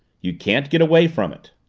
you can't get away from it!